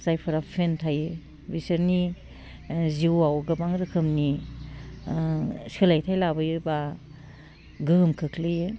जायफ्रा फेन थायो बिसोरनि जिवाव गोबां रोखोमनि सोलायथाय लाबोयो बा गोहोम खोख्लैयो